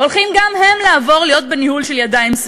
הולכים גם הם לעבור לניהול של ידיים סיניות.